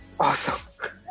awesome